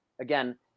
again